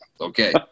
Okay